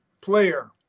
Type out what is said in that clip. player